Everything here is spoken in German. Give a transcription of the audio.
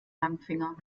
langfinger